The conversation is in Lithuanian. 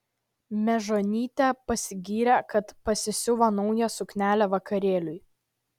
mežonytė pasigyrė kad pasisiuvo naują suknelę vakarėliui